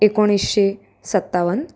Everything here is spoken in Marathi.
एकोणीसशे सत्तावन